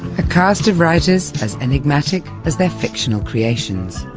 a cast of writers as enigmatic as their fictional creations.